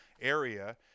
area